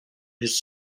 his